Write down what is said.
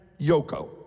Yoko